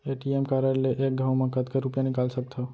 ATM card ले एक घव म कतका रुपिया निकाल सकथव?